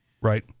right